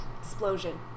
explosion